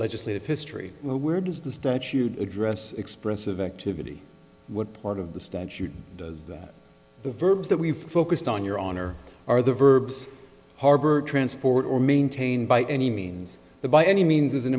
legislative history where does the statute address expressive activity what part of the statute does that the verbs that we've focused on your on or are the verbs harbor transport or maintained by any means the by any means is an